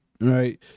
right